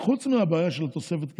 חוץ מהבעיה של תוספת הכסף,